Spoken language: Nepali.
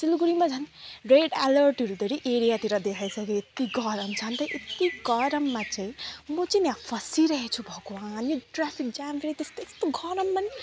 सिलगढीमा झन् रेड एलर्टहरू धेरै एरियातिर देखाइसक्यो यति गरम छन त यति गरममा चाहिँ म चाहिँ नि फसिरहेको छु भगवान् यो ट्राफिक जाम फेरि त्यस्तो यस्तो गरममा नि